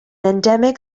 endemic